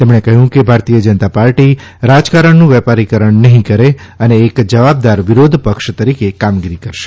તેમણે કહ્યું કે ભારતીય જનતા પાર્ટી રાજકારણનું વેપારીકરણ નહીં કરે અને એક જવાબદાર વિરોધપક્ષ તરીકે કામગીરી કરશે